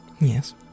Yes